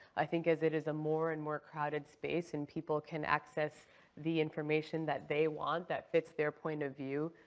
i think as it is a more and more crowded space and people can access the information that they want that fits their point of view,